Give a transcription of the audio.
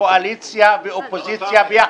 קואליציה ואופוזיציה יחד.